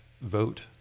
vote